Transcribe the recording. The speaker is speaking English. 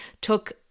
took